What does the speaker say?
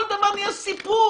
כל דבר נהיה סיפור.